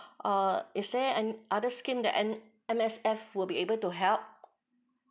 uh is there any other scheme that N M_S_F will be able to help